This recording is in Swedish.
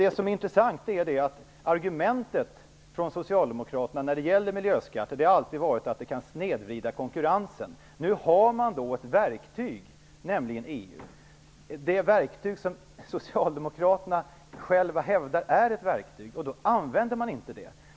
Det intressanta är att argumentet från Socialdemokraterna när det gäller miljöskatter alltid varit att de kan snedvrida konkurrensen. Nu har man ett verktyg, nämligen EU, som Socialdemokraterna själva hävdar är ett verktyg. Då använder man inte det.